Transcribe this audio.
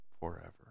forever